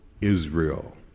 Israel